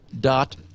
dot